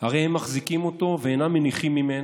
עיניהם הרי הם מחזיקים בו ואינם מניחים ממנו,